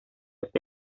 los